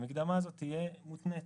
המקדמה הזאת תהיה מותנית.